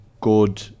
good